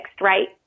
right